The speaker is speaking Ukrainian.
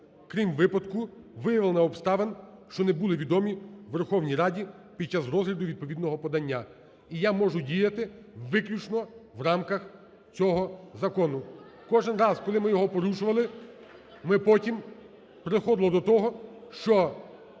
крім випадку виявлення обставин, що не були відомі Верховній Раді під час розгляду відповідного подання. І я можу діяти виключно в рамках цього закону. Кожен раз, коли ми його порушували, ми потім приходили до того, що